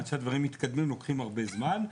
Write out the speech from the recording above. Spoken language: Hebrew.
עד שהדברים מתקדמים לוקחים הרבה זמן,